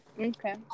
okay